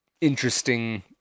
interesting